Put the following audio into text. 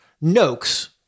Noakes